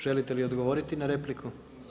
Želite li odgovoriti na repliku?